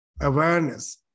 awareness